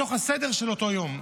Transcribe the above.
בתוך הסדר של אותו יום.